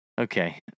Okay